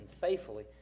faithfully